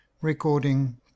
Recording